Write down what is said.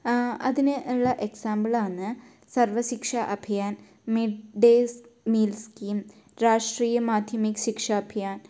അതിന് ഉള്ള എക്സാംപിൾ ആണ് Sarva Shiksha Abhiyan mid days meal scheme Rashtriya Madhyamik Shiksha Abhiyan